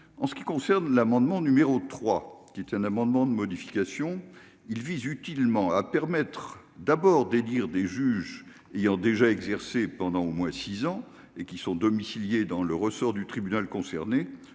en ce qui concerne l'amendement numéro 3 qui était un amendement, de modification, il vise utilement à permettre d'abord dire des juges ayant déjà exercé pendant au moins 6 ans et qui sont domiciliés dans le ressort du tribunal concerné